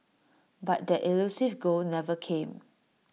but that elusive goal never came